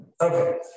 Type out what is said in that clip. Okay